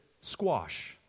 squash